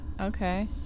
Okay